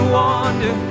wander